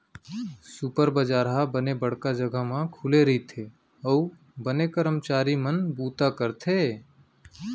super बजार ह बने बड़का जघा म खुले रइथे अउ बने करमचारी मन बूता करथे